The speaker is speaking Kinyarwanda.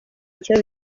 icyo